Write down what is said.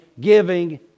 giving